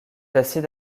acide